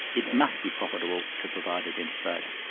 it must be profitable to provide it in australia.